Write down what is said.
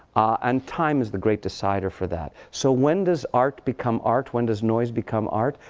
and time is the great decider for that. so when does art become art? when does noise become art?